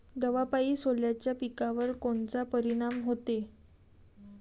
दवापायी सोल्याच्या पिकावर कोनचा परिनाम व्हते?